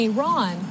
Iran